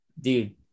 Dude